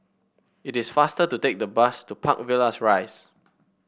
it is faster to take the bus to Park Villas Rise